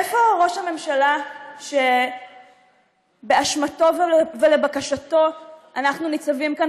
איפה ראש הממשלה שבאשמתו ולבקשתו אנחנו ניצבים כאן